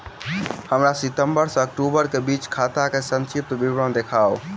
हमरा सितम्बर सँ अक्टूबर केँ बीचक खाता केँ संक्षिप्त विवरण देखाऊ?